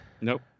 Nope